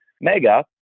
Mega